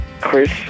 Chris